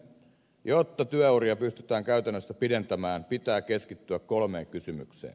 jotta työuria pystytään käytännössä pidentämään pitää keskittyä kolmeen kysymykseen